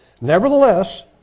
Nevertheless